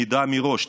שנדע מראש,